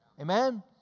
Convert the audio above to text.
Amen